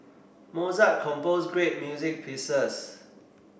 Mozart composed great music pieces